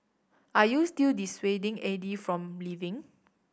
are you still dissuading Aide from leaving